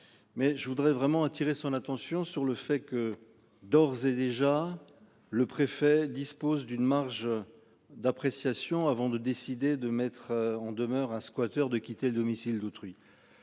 Mais je voudrais vraiment attirer son attention sur le fait que d'ores et déjà le préfet dispose d'une marge. D'appréciation, avant de décider de mettre en demeure un squatteur de quitter le domicile d'autrui